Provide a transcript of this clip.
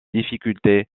difficulté